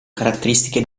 caratteristiche